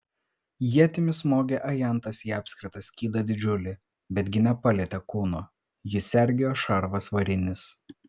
ietimi smogė ajantas į apskritą skydą didžiulį betgi nepalietė kūno jį sergėjo šarvas varinis